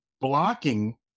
blocking